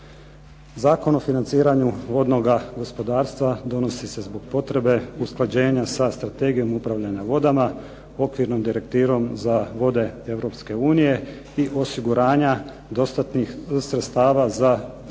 Zakon o financiranju vodnoga gospodarstva donosi se zbog potrebe usklađenja sa Strategijom upravljanja vodama, okvirnom direktivnom za vode Europske unije i osiguranja dostatnih sredstava za provedbu mjera